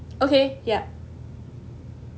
okay yup